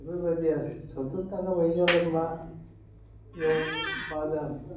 बेफोरबायदि आरो सत्तुर थाखा फैसायालाय मायाव मा जानो